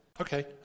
Okay